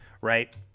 right